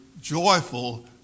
joyful